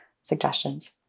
suggestions